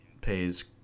pays